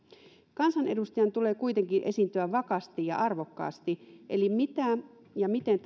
kansanedustajan tulee kuitenkin esiintyä vakaasti ja arvokkaasti eli mitä ja miten